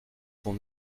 pont